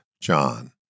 John